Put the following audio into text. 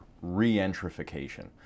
re-entrification